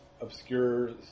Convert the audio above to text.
obscure